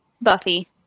Buffy